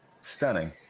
Stunning